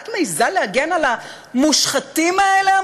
את מעזה להגן על המושחתים האלה,